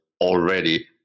already